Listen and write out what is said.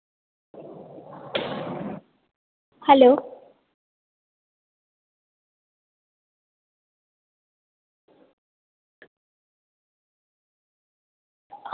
hello